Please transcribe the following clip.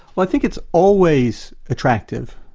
well i think it's always attractive,